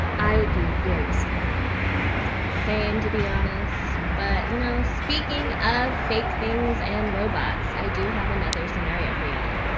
i would be very sad same, to be honest. but you know, speaking of fake things and robots, i do have another scenario for you all.